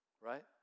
Right